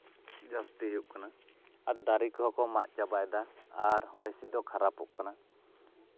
ᱡᱟᱹᱥᱛᱤ ᱦᱩᱭᱩᱜ ᱠᱟᱱᱟ ᱟᱨ ᱫᱟᱨᱮ ᱠᱚᱦᱚᱸ ᱠᱚ ᱢᱟᱜ ᱪᱟᱵᱟᱭᱮᱫᱟ ᱟᱨ ᱦᱚᱭ ᱦᱤᱸᱥᱤᱫ ᱦᱚᱸ ᱠᱷᱟᱨᱟᱯᱚᱜ ᱠᱟᱱᱟ